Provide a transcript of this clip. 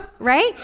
Right